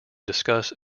discuss